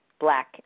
black